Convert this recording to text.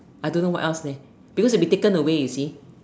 I don't know what else leh because it be taken away you see